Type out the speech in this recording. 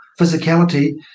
physicality